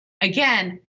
Again